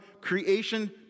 creation